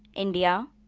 india